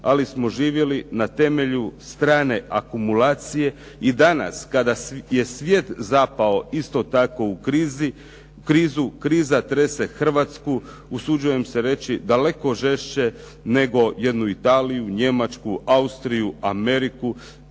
ali smo živjeli na temelju strane akumulacije. I danas kada je svijet zapao isto tako u krizu kriza trese Hrvatsku usuđujem se reći daleko žešće nego jednu Italiju, Njemačku, Austriju, Ameriku